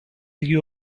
you